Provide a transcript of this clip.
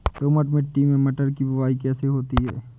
दोमट मिट्टी में मटर की बुवाई कैसे होती है?